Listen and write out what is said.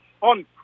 on